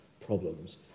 problems